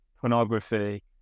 pornography